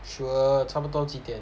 sure 他们到几点